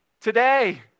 today